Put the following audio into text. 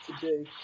today